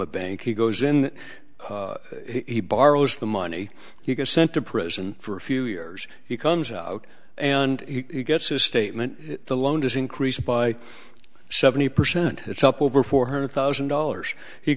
a bank he goes in he borrows the money he gets sent to prison for a few years he comes out and he gets a statement the loan is increased by seventy percent it's up over four hundred thousand dollars he